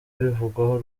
bivugwaho